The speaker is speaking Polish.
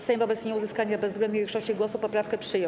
Sejm wobec nieuzyskania bezwzględnej większości głosów poprawkę przyjął.